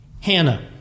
Hannah